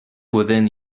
within